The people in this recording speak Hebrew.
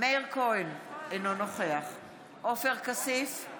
מאיר כהן, אינו נוכח עופר כסיף,